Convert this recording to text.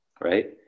right